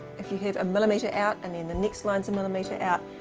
if you have a millimetre out and then the next lines a millimetre out,